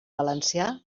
valencià